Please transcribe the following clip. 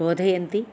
बोधयन्ति